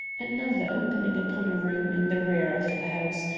another opening upon a room in the rear of the house,